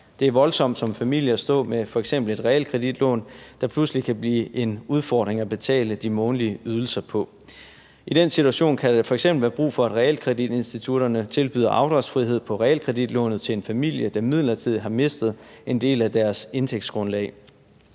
Det er voldsomt som familie at stå med f.eks. et realkreditlån, der pludselig kan blive en udfordring at betale de månedlige ydelser på. I den situation kan der f.eks. være brug for, at realkreditinstitutterne tilbyder afdragsfrihed på realkreditlånet til en familie, der midlertidigt har mistet en del af deres indtægtsgrundlag.